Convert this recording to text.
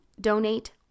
donate